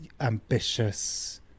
ambitious